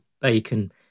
bacon